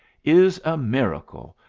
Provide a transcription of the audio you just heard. is a miracle.